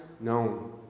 known